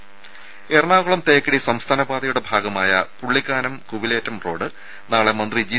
രുമ എറണാകുളം തേക്കടി സംസ്ഥാനപാതയുടെ ഭാഗമായ പുള്ളിക്കാനം കുവിലേറ്റം റോഡ് നാളെ മന്ത്രി ജി